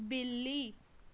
ਬਿੱਲੀ